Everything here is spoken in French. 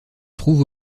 trouve